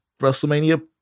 WrestleMania